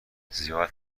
زیاد